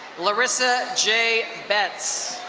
larissa j. bets.